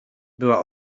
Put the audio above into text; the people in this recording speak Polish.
była